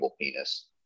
penis